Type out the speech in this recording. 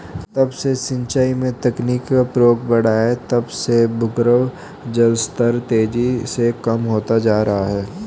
जब से सिंचाई में तकनीकी का प्रयोग बड़ा है तब से भूगर्भ जल स्तर तेजी से कम होता जा रहा है